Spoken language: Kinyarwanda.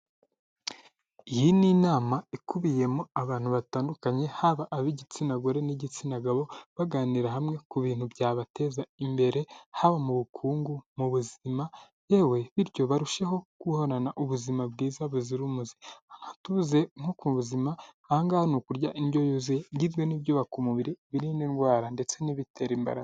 Iyi ni inama ikubiyemo abantu batandukanye haba ab'igitsina gore n'igitsina gabo, baganira hamwe ku bintu byabateza imbere haba mu bukungu, mu buzima yewe bityo barusheho guhorana ubuzima bwiza buzira umuze. Tuvuze nko ku buzima, aha ngaha ni kurya indyo yuzuye igizwe n'ibyubaka umubiri, ibirinda indwara ndetse n'ibitera imbaraga.